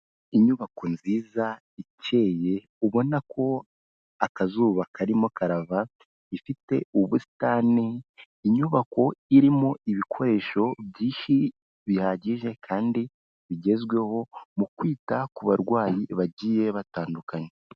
Inyubako nziza ikeye ubona ko akazuba karimo karava, ifite ubusitani, inyubako irimo ibikoresho byinshi bihagije kandi bigezweho mu kwita ku barwayi bagiye batandukanye.